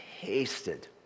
tasted